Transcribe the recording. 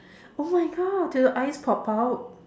oh my god did the eyes pop out